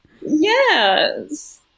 yes